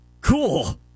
Cool